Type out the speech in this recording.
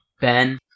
Ben